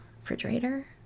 refrigerator